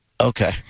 Okay